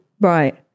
Right